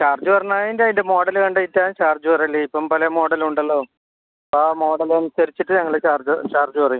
charge പറഞ്ഞാൽ അതിൻ്റെ അതിൻ്റെ മോഡൽ കണ്ടിട്ടാണ് ചാർജ് പറയൽ ഇപ്പം പല മോഡലും ഉണ്ടല്ലോ അപ്പം ആ മോഡൽ അനുസരിച്ചിട്ട് ഞങ്ങൾ ചാർജ് ചാർജ് പറയും